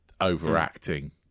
overacting